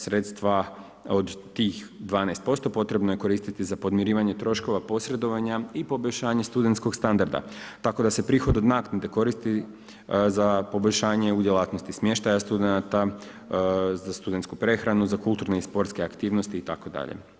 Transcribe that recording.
Sredstva od tih 12% potrebno je koristiti za podmirivanje troškova posredovanja i poboljšanja studentskog standarda, tako da se prihod od naknade koristi za poboljšanje u djelatnosti smještaja studenta, za studentsku prehranu, za kulturne i sportske aktivnosti itd.